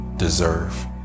deserve